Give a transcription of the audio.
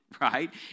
right